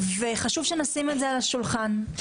וחשוב שנשים את זה על השולחן.